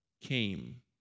came